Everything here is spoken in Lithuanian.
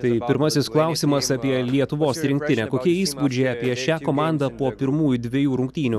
tai pirmasis klausimas apie lietuvos rinktinę kokie įspūdžiai apie šią komandą po pirmųjų dvejų rungtynių